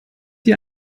die